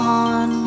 on